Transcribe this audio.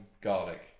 garlic